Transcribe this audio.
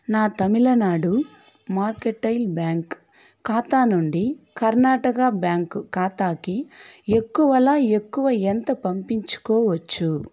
నా Tamil Nadu mercantile bank ఖాతా నుండి కర్ణాటక బ్యాంక్ ఖాతాకి ఎక్కువల ఎక్కువ ఎంత పంపించుకోవచ్చు